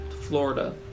Florida